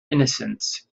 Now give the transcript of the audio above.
innocence